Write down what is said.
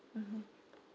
(uh huh)